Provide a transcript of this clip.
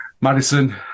Madison